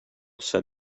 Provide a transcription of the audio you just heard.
said